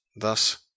Thus